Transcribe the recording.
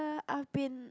I've been